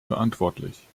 verantwortlich